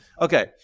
Okay